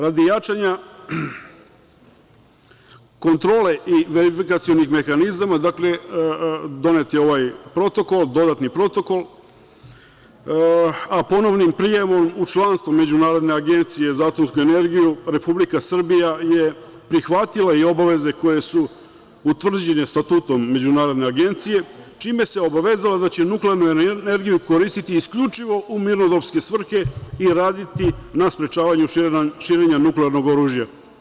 Radi jačanja kontrole i verifikacionih mehanizama, dakle, donet je ovaj dodatni protokol, a ponovnim prijemom u članstvo Međunarodne agencije za atomsku energiju Republika Srbija je prihvatila i obaveze koje su utvrđene Statutom Međunarodne agencije, čime se obavezala da će nuklearnu energiju koristiti isključivo u mirnodopske svrhe i raditi na sprečavanju širenja nuklearnog oružja.